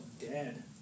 dead